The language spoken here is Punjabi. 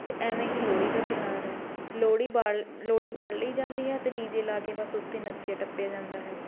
ਅਤੇ ਇਵੇਂ ਹੀ ਲੋਹੜੀ ਦਾ ਤਿਉਹਾਰ ਹੈ ਲੋਹੜੀ ਬਾਲ਼ ਲੋਹੜੀ ਬਾਲ਼ ਲਈ ਜਾਂਦੀ ਹੈ ਅਤੇ ਡੀ ਜੇ ਲਗਾ ਕੇ ਬਸ ਉਥੇ ਨੱਚਿਆ ਟੱਪਿਆ ਜਾਂਦਾ ਹੈ